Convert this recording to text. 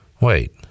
Wait